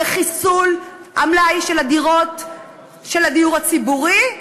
מחיסול המלאי של הדירות של הדיור הציבורי,